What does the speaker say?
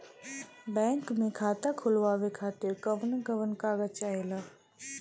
Bank मे खाता खोलवावे खातिर कवन कवन कागज चाहेला?